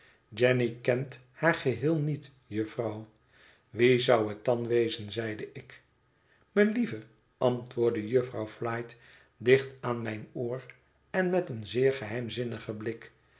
jenny kent haar geheel niet jufvrouw wie zou het dan wezen zeide ik melieve antwoordde jufvrouw fiite dicht aan mijn oor en met een zeer geheimzinnigen blik